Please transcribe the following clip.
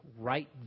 right